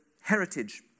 heritage